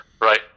right